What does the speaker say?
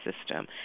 system